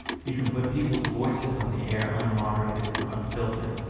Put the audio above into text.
you can put people's voices on the air, unmoderated and unfiltered,